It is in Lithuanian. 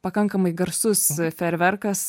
pakankamai garsus fejerverkas